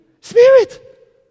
Spirit